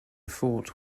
fort